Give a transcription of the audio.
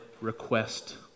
request